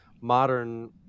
modern